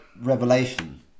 revelation